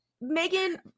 Megan